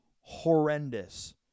horrendous